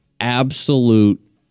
Absolute